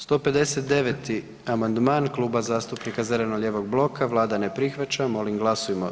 159. amandman Kluba zastupnika zeleno-lijevog bloka, Vlada ne prihvaća molim glasujmo.